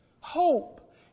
Hope